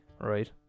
Right